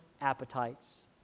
appetites